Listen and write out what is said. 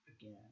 again